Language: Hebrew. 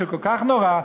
שהוא כל כך נורא,